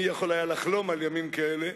מי יכול היה לחלום על ימים כאלה,